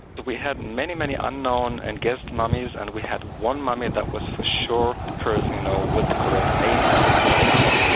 but we had many, many unknown and guessed mummies and we had one mummy that was for sure the person you know with the correct name and that was tutankhamen.